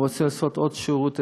אם הוא רוצה לעשות עוד שירות,